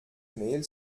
mehl